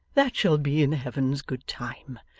that shall be in heaven's good time.